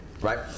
right